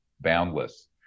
boundless